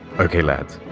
ok, lads.